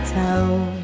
town